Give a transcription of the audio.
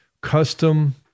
custom